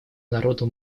народу